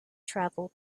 travel